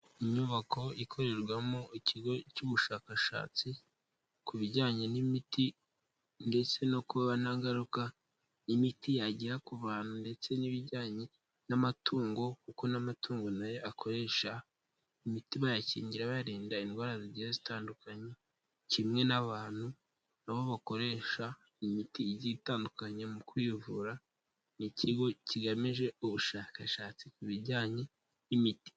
Inyubako ikorerwamo ikigo cy'ubushakashatsi ku bijyanye n'imiti ndetse no kuba nta ngaruka y' imiti yagira ku bantu ndetse n'ibijyanye n'amatungo kuko n'amatungo nayo akoresha imiti bayakingira barinda indwara zigenda zitandukanye kimwe n'abantu nabo bakoresha imiti itandukanye mu kwivura n'ikigo kigamije ubushakashatsi ku bijyanye n'imiti.